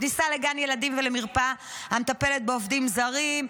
כניסה לגן ילדים ולמרפאה המטפלת בעובדים זרים,